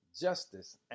justice